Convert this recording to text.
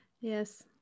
Yes